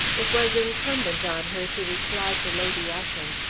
it was incumbent on her to reply to lady ushant.